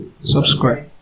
subscribe